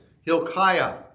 Hilkiah